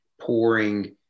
pouring